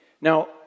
Now